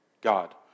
God